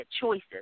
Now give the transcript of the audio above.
choices